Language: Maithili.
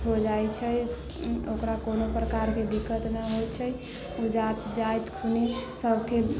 हो जाइत छै ओकरा कोनो प्रकारके दिक्कत न होइत छै ओ जा जाइत खनि सभके